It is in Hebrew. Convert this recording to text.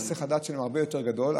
כמובן שהיסח הדעת שלהם הרבה יותר גדול,